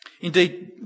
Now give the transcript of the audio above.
Indeed